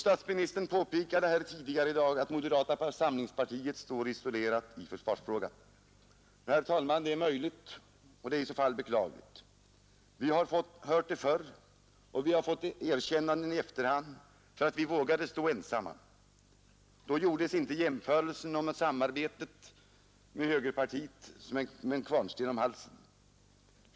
Statsministern påpekade här i dag att moderata samlingspartiet står isolerat i försvarsfrågan. Herr talman! Det är möjligt och det är i så fall beklagligt. Vi har hört det förr, och vi har fått erkännanden i efterhand för att vi vågade stå ensamma. Då gjordes inte jämförelsen om samarbetet med högerpartiet som en kvarnsten om halsen.